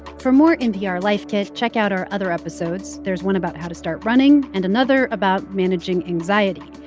for more npr life kit, check out our other episodes. there's one about how to start running and another about managing anxiety.